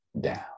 down